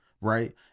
right